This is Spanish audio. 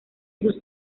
sus